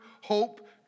hope